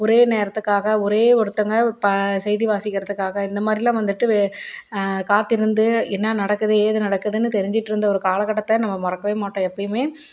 ஒரே நேரத்துக்காக ஒரே ஒருத்தங்க பா செய்தி வாசிக்கிறதுக்காக இந்த மாதிரிலாம் வந்துவிட்டு வே காத்திருந்து என்ன நடக்குது ஏது நடக்குதுன்னு தெரிஞ்சிட்டு இருந்த ஒரு காலக்கட்டத்தை நம்ம மறக்கவே மாட்டோம் எப்பையுமே